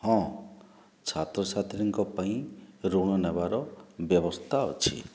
ହଁ ଛାତ୍ରଛାତ୍ରୀଙ୍କ ପାଇଁ ଋଣ ନେବାର ବ୍ୟବସ୍ଥା ଅଛି